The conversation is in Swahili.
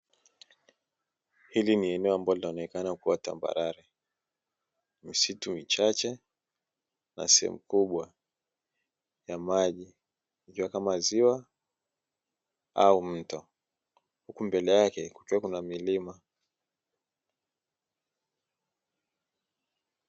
Hili ni eneo linaonekana kuwa tambarare, misitu michache na sehemu kubwa ya maji. Ikiwa kama ziwa au mto huku mbele yake kukiwa kuna milima.